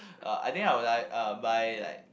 uh I think I would like uh buy like